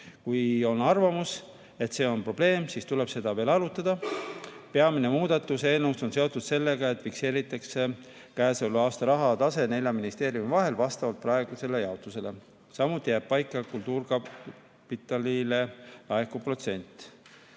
Kui on arvamus, et see on probleem, siis tuleb seda veel arutada. Peamine muudatus eelnõus on seotud sellega, et fikseeritakse käesoleva aasta tase nelja ministeeriumi vahel vastavalt praegusele jaotusele. Samuti jääb paika kultuurkapitalile laekuv protsent.